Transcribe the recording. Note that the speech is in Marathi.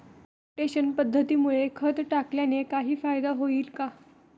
रोटेशन पद्धतीमुळे खत टाकल्याने काही फायदा होईल का?